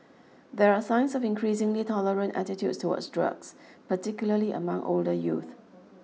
there are signs of increasingly tolerant attitudes towards drugs particularly among older youth